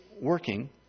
working